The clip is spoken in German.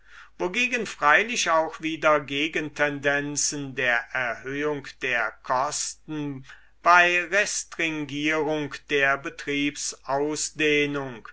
wogegen freilich auch wieder gegentendenzen der erhöhung der kosten bei restringierung der